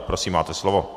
Prosím, máte slovo.